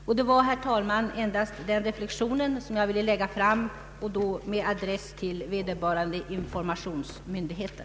Detta var, herr talman, en reflexion som jag har velat göra och då med adress till vederbörande informationsmyndigheter.